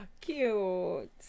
Cute